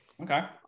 Okay